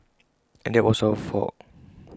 and that was our fault